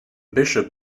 bishop